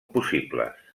possibles